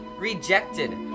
rejected